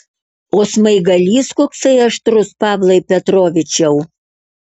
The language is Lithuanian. o smaigalys koksai aštrus pavlai petrovičiau